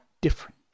different